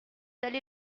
allé